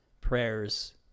prayers